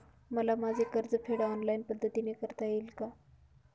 मला माझे कर्जफेड ऑनलाइन पद्धतीने करता येईल का?